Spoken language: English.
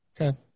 Okay